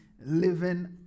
Living